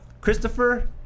Christopher